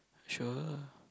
sure